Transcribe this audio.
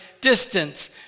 distance